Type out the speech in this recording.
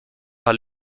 par